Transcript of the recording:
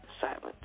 silence